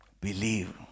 Believe